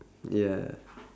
yeah